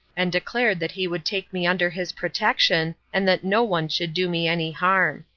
and declared that he would take me under his protection, and that no one should do me any harm.